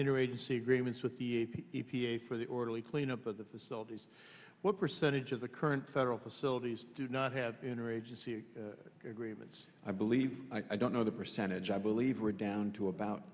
interagency agreements with the e p a for the orderly clean up of the facilities what percentage of the current federal facilities do not have inner agency agreements i believe i don't know the percentage i believe we're down to about